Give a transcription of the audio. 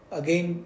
again